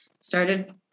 started